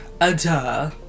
A-duh